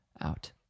out